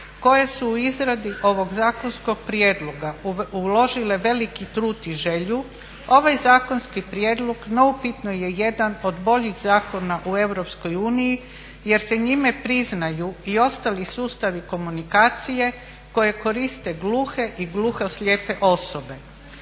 koje su u izradi ovog zakonskog prijedloga uložile veliki trud i želju. Ovaj zakonski prijedlog neupitno je jedan od boljih zakona u EU jer se njime priznaju i ostali sustavi komunikacije koje koriste gluhe i gluhoslijepe osobe